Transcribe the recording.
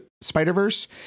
Spider-Verse